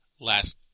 last